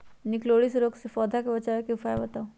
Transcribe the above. निककरोलीसिस रोग से पौधा के बचाव के उपाय बताऊ?